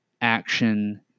action